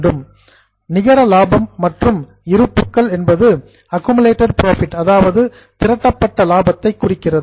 net profit நிகர லாபம் மற்றும் ரிசர்வ்ஸ் இருப்புகள் என்பது அக்குமுலேட்டட் புரோஃபிட் திரட்டப்பட்ட லாபத்தை குறிக்கிறது